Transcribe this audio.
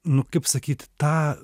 nu kaip sakyt tą